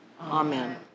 Amen